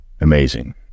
Amazing